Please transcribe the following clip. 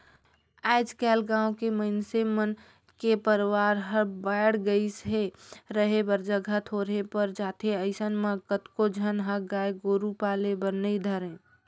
आयज कायल गाँव के मइनसे मन के परवार हर बायढ़ गईस हे, रहें बर जघा थोरहें पर जाथे अइसन म कतको झन ह गाय गोरु पाले बर नइ धरय